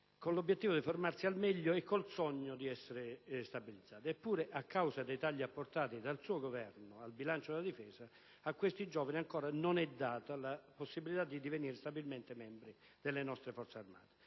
con l'obiettivo di formarsi al meglio e con il sogno di essere stabilizzati. Eppure, a causa dei tagli apportati dal suo Governo al bilancio della Difesa, a questi giovani ancora non è data la possibilità di divenire stabilmente membri delle nostre Forze armate.